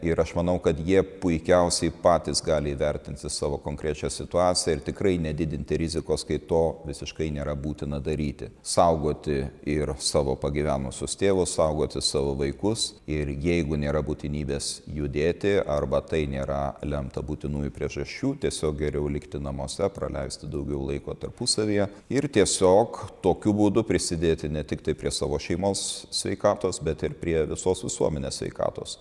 ir aš manau kad jie puikiausiai patys gali įvertinti savo konkrečią situaciją ir tikrai nedidinti rizikos kai to visiškai nėra būtina daryti saugoti ir savo pagyvenusius tėvus saugoti savo vaikus ir jeigu nėra būtinybės judėti arba tai nėra lemta būtinųjų priežasčių tiesiog geriau likti namuose praleisti daugiau laiko tarpusavyje ir tiesiog tokiu būdu prisidėti ne tiktai prie savo šeimos sveikatos bet ir prie visos visuomenės sveikatos